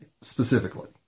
specifically